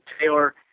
Taylor